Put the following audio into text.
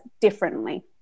differently